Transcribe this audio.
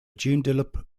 joondalup